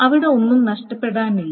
അവിടെ ഒന്നും നഷ്ടപ്പെടാനില്ല